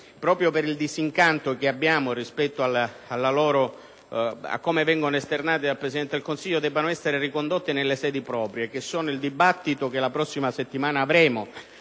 proprio per il disincanto che abbiamo rispetto al modo in cui vengono esternati dal Presidente del Consiglio, debbano essere ricondotti nelle sedi proprie, a cominciare dal dibattito che la prossima settimana avremo